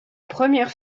première